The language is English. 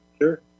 Sure